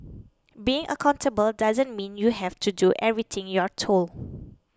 being accountable doesn't mean you have to do everything you're told